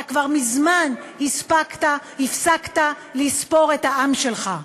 אתה כבר מזמן הפסקת לספור את העם שלך.